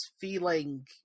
feeling